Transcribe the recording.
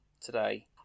today